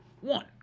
one